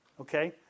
Okay